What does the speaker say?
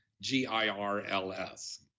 g-i-r-l-s